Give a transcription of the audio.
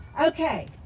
Okay